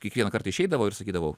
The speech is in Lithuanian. kiekvieną kartą išeidavau ir sakydavau